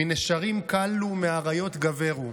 "מנשרים קלו מאריות גברו",